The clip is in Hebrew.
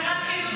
זה נראה כאילו,